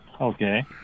Okay